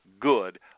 good